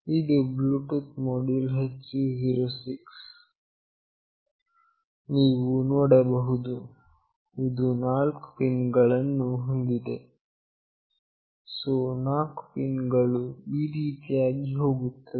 ಇದು Bluetooth module HC 06 ನೀವು ನೋಡಬಹುದು ಇದು ನಾಲ್ಕು ಪಿನ್ ಗಳನ್ನು ಹೊಂದಿದೆ ಸೋ ನಾಲ್ಕು ಪಿನ್ ಗಳು ಈ ರೀತಿಯಾಗಿ ಹೋಗುತ್ತದೆ